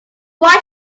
why